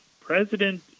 President